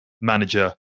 manager